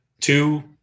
two